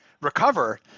recover